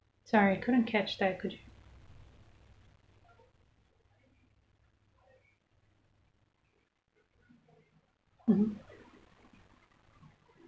sorry couldn't catch that could yo~ mmhmm